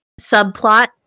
subplot